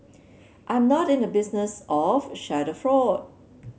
I'm not in the business of schadenfreude